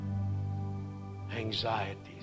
anxieties